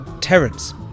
terence